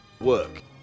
Work